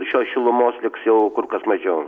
šios šilumos liks jau kur kas mažiau